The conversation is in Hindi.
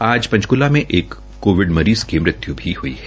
आज पंचकूला में एक कोविड मरीज़ की मृत्यु भी हुई है